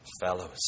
fellows